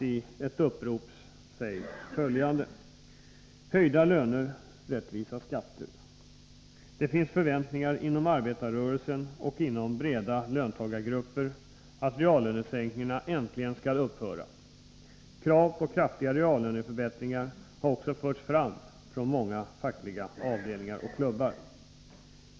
I ett upprop sägs följande: Det finns förväntningar inom ' arbetarrörelsen och inom breda löntagargrupper att reallönesänkningarna äntligen skall upphöra. Krav på kraftiga reallöneförbättringar har också förts fram från många fackliga avdelningar och klubbar.